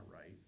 right